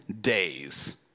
days